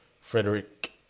Frederick